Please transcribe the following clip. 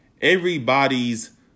everybody's